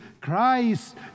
Christ